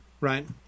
right